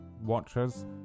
Watchers